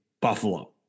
Buffalo